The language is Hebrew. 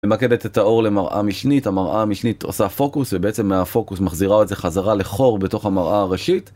ממקדת את האור למראה המשנית, המראה המשנית עושה פוקוס ובעצם מהפוקוס מחזירה את זה חזרה לחור בתוך המראה הראשית